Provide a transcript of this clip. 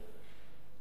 הוראה דומה